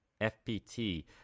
FPT